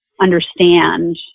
understand